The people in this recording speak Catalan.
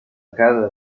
cada